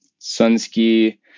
Sunski